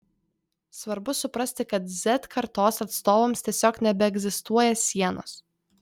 svarbu suprasti kad z kartos atstovams tiesiog nebeegzistuoja sienos